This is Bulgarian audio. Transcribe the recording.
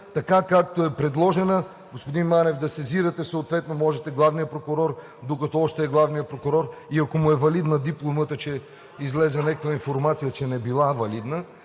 така както е предложена. Господин Манев, може да сезирате съответно главния прокурор, докато още е главен прокурор и ако му е валидна дипломата, че излезе някаква информация, че не била валидна.